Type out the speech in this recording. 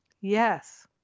yes